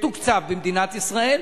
מתוקצב במדינת ישראל?